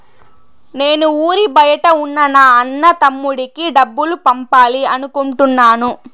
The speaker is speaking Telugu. నేను ఊరి బయట ఉన్న నా అన్న, తమ్ముడికి డబ్బులు పంపాలి అనుకుంటున్నాను